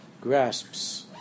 grasps